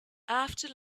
after